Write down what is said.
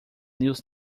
news